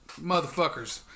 motherfuckers